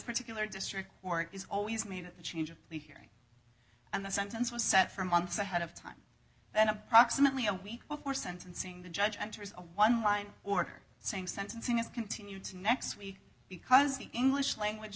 particular district or is always made a change of the hearing and the sentence was set for months ahead of time then approximately a week before sentencing the judge enters a one line order saying sentencing is continued to next week because the english language